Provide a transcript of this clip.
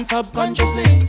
Subconsciously